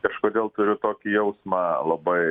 kažkodėl turiu tokį jausmą labai